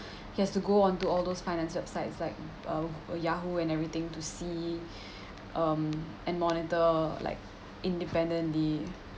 he has to go onto all those finance websites like uh yahoo and everything to see um and monitor like independently